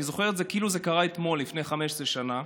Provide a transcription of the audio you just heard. אני זוכר את זה כאילו זה קרה אתמול, לפני 15 שנה,